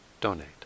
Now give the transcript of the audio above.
donate